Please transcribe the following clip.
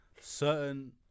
certain